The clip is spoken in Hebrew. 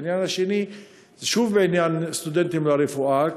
והעניין השני הוא שוב בעניין סטודנטים לרפואה.